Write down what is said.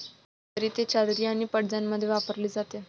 घरी ते चादरी आणि पडद्यांमध्ये वापरले जाते